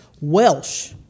Welsh